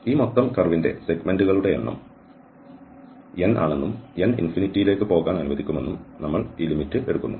ഈ മൊത്തം കർവ്ന്റെ സെഗ്മെന്റുകളുടെ എണ്ണം N ആണെന്നും N അനന്തതയിലേക്ക് പോകാൻ അനുവദിക്കുമെന്നും നമ്മൾ ഈ പരിധി എടുക്കുന്നു